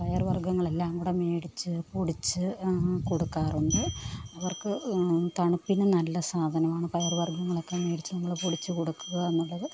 പയർ വര്ഗങ്ങളെല്ലാം കൂടെ മേടിച്ച് പൊടിച്ച് കൊടുക്കാറുണ്ട് അവര്ക്ക് തണുപ്പിന് നല്ല സാധനവാണ് പയർ വർഗ്ഗങ്ങൾ ഒക്കെ മേടിച്ച് നമ്മൾ പൊടിച്ച് കൊടുക്കുക എന്നുള്ളത്